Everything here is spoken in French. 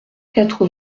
quatre